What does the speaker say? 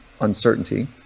uncertainty